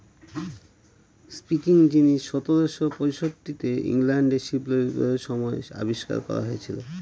spinning jenny সতেরোশো পয়ষট্টিতে ইংল্যান্ডে শিল্প বিপ্লবের সময় আবিষ্কার করা হয়েছিল